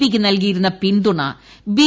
പിയ്ക്ക് നൽകിയിരുന്ന പിന്തുണ ബി